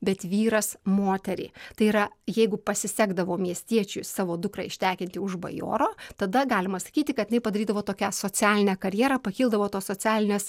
bet vyras moteriai tai yra jeigu pasisekdavo miestiečiui savo dukrą ištekinti už bajoro tada galima sakyti kad jinai padarydavo tokią socialinę karjerą pakildavo tos socialinės